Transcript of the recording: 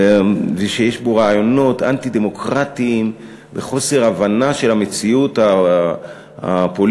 זה שיש בו רעיונות אנטי-דמוקרטיים וחוסר הבנה של המציאות הפוליטית,